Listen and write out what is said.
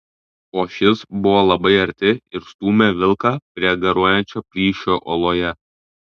o šis buvo labai arti ir stūmė vilką prie garuojančio plyšio uoloje